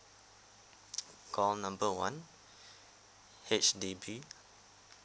call number one H_D_B